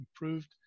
improved